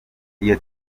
iyo